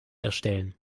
erstellen